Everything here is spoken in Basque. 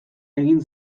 egin